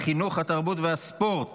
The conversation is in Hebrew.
התרבות והספורט